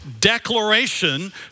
declaration